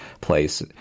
place